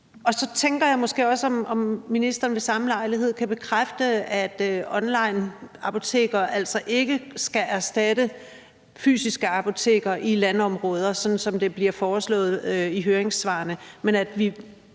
Og så tænker jeg også på, om ministeren måske ved samme lejlighed kan bekræfte, at onlineapoteker altså ikke skal erstatte de fysiske apoteker i landområderne, sådan som det bliver foreslået i høringssvarene, men at det